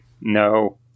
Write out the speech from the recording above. No